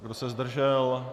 Kdo se zdržel?